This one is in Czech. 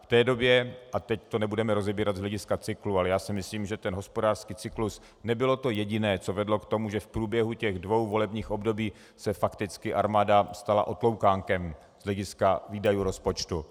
V té době a teď to nebudeme rozebírat z hlediska cyklu, ale já si myslím, že ten hospodářský cyklus nebylo to jediné, co vedlo k tomu, že v průběhu těch dvou volebních období se fakticky armáda stala otloukánkem z hlediska výdajů rozpočtu.